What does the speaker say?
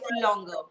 longer